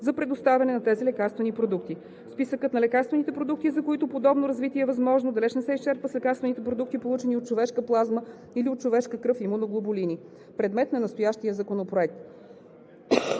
за предоставяне на тези лекарствени продукти. Списъкът на лекарствените продукти, за които подобно развитие е възможно, далеч не се изчерпва с лекарствените продукти, получени от човешка плазма или от човешка кръв – имуноглобулини, предмет на настоящия законопроект.